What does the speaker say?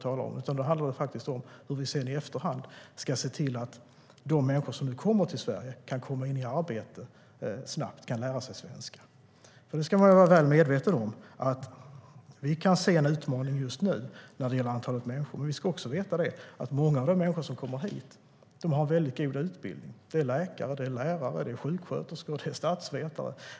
Det handlar om hur vi ska se till att de människor som nu kommer till Sverige kan lära sig svenska och komma in i arbete snabbt. Man ska vara väl medveten om att vi kan se en utmaning just nu när det gäller antalet människor, men vi ska också veta att många av de som kommer hit har väldigt god utbildning. Det är läkare, det är lärare, det är sjuksköterskor och det är statsvetare.